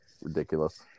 ridiculous